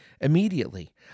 immediately